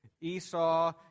Esau